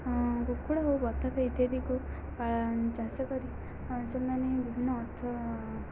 କୁକୁଡ଼ା ଓ ବତକ ଇତ୍ୟାଦିକୁ ଚାଷ କରି ସେମାନେ ହିଁ ବିଭିନ୍ନ ଅର୍ଥ